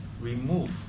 remove